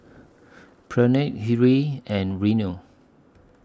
Pranav Hri and Renu